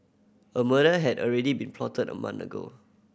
a murder had already been plotted a month ago